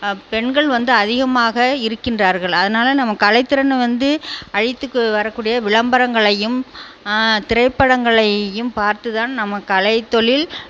பெண்கள் வந்து அதிகமாக இருக்கின்றார்கள் அதனால் நம்ம கலைத்திறனை வந்து அழித்துக்கு வரக்கூடிய விளம்பரங்களையும் திரைப்படங்களையும் பார்த்து தான் நம்ம கலைத் தொழில்